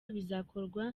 bizakorwa